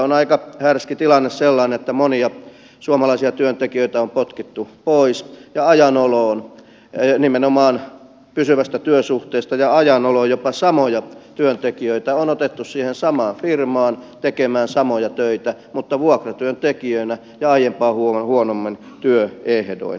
on aika härski tilanne sellainen että monia suomalaisia työntekijöitä on potkittu pois nimenomaan pysyvästä työsuhteesta ja ajan oloon jopa samoja työntekijöitä on otettu siihen samaan firmaan tekemään samoja töitä mutta vuokratyöntekijöinä ja aiempaa huonommin työehdoin